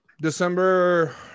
December